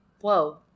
Whoa